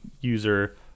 user